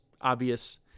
obvious